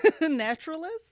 naturalist